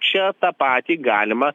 čia tą patį galima